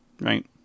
Right